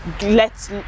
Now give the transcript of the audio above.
lets